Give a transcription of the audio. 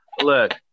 look